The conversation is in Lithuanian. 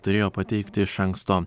bet jie prašymą turėjo pateikti iš anksto